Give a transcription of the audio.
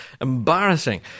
Embarrassing